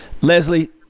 Leslie